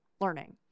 learning